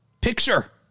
picture